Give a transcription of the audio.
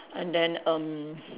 and then erm